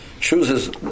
chooses